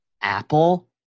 Apple